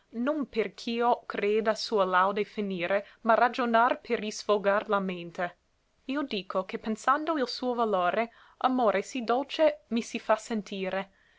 non perch'io creda sua laude finire ma ragionar per isfogar la mente io dico che pensando il suo valore amor sì dolce mi si fa sentire